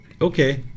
Okay